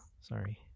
sorry